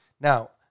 Now